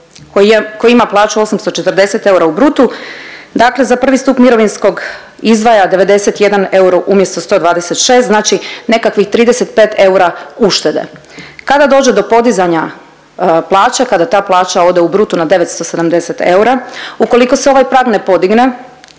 koji ima plaću 840 eura u brutu dakle za prvi stup mirovinskog izdvaja 91 eura umjesto 126, znači nekakvih 35 eura uštede. Kada dođe do podizanja plaće, kada ta plaća ode u brutu na 970 eura, ukoliko se ovaj prag ne podigne,